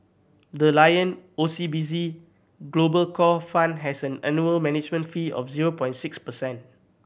the Lion O C B C Global Core Fund has an annual management fee of zero point six percent